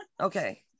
Okay